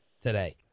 today